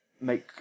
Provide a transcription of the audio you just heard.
make